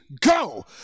go